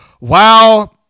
Wow